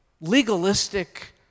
legalistic